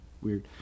weird